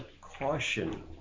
Caution